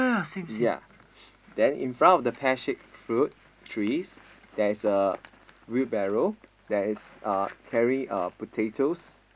yea then in front of the pear shaped fruit trees there is a wheelbarrow that is uh carrying uh potatoes